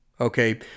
Okay